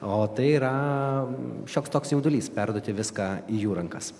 o tai yra šioks toks jaudulys perduoti viską į jų rankas